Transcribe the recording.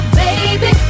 baby